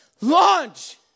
Launch